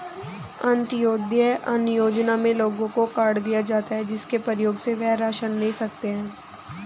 अंत्योदय अन्न योजना में लोगों को कार्ड दिए जाता है, जिसके प्रयोग से वह राशन ले सकते है